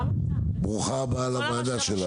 ברוכה הבאה לוועדה שלנו.